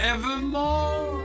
Evermore